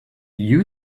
you